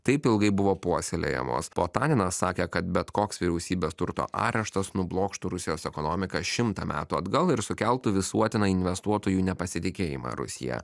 taip ilgai buvo puoselėjamos potaninas sakė kad bet koks vyriausybės turto areštas nublokštų rusijos ekonomiką šimtą metų atgal ir sukeltų visuotiną investuotojų nepasitikėjimą rusija